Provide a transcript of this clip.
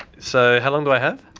so how long do i have?